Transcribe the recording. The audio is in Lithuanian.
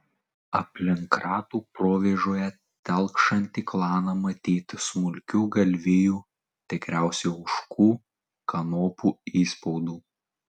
aplink ratų provėžoje telkšantį klaną matyti smulkių galvijų tikriausiai ožkų kanopų įspaudų